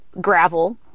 gravel